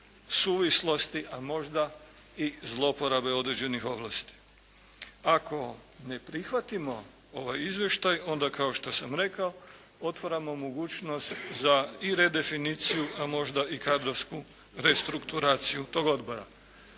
nesuvislosti, a možda i zlouporabe određenih ovlasti. Ako ne prihvatimo ovaj izvještaj onda kao što sam rekao otvaramo mogućnost za i redefiniciju a možda i kadrovsku restrukturaciju tog odbora.